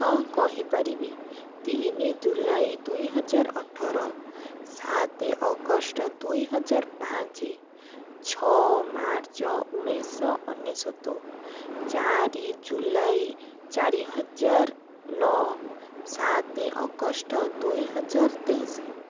ହଁ କହିପାରିବି ତିନି ଜୁଲାଇ ଦୁଇ ହଜାର ଅଠର ସାତ ଅଗଷ୍ଟ ଦୁଇ ହଜାର ପାଞ୍ଚ ଛଅ ମାର୍ଚ୍ଚ ଉଣେଇଶ ଅନେଶୋତ ଚାରି ଜୁଲାଇ ଚାରି ହଜାର ନଅ ସାତ ଅଗଷ୍ଟ ଦୁଇ ହଜାର ତେଇଶ